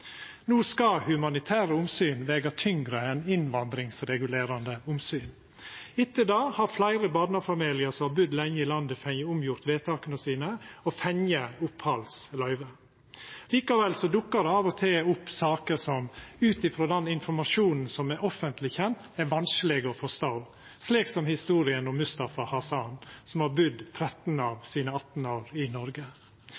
No skal humanitære omsyn vega tyngre enn innvandringsregulerande omsyn. Etter det har fleire barnefamiliar som har budd lenge i landet, fått omgjort vedtaka sine og fått opphaldsløyve. Likevel dukkar det av og til opp saker som ut frå den informasjonen som er offentleg kjend, er vanskelege å forstå, slik som historia om Mustafa Hasan, som har budd 13 av